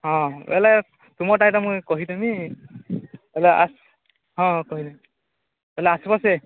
ହଁ ବୋଇଲେ ତୁମଟା ଏଇଟା ମୁଇଁ କହିଦେବି ହେଲେ ଆସ ହଁ କହିଦେବି ହେଲେ ଆସ୍ବ ସିଏ